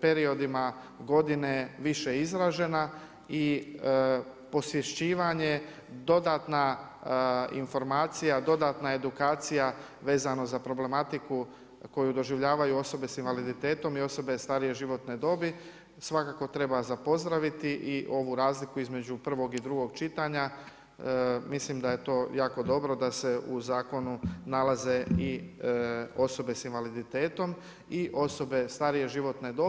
periodima godine više izražena, i posvješćivanje, dodatna informacija, dodatna edukacija, vezano za problematiku koju doživljavaju osobe sa invaliditetom i osobe starije životne dobi, svakako treba za pozdraviti i ovu razliku između prvog i drugog čitanja, mislim da je to jako dobro da se u zakonu nalaze i osobe sa invaliditetom i osobe starije životne dobi.